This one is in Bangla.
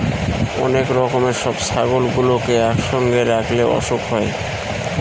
অনেক রকমের সব ছাগলগুলোকে একসঙ্গে রাখলে অসুখ হয়